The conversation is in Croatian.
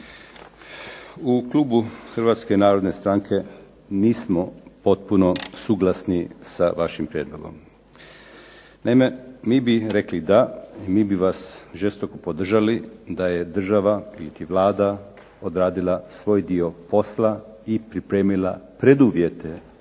U klubu Hrvatske narodne stranke nismo popuno suglasni sa vašim prijedlogom. Naime, mi bi rekli da, mi bi vas žestoko podržali da je država ili Vlada odradila svoj dio posla i pripremila preduvjete